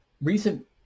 Recent